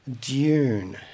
Dune